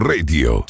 Radio